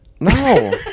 No